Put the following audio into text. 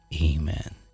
Amen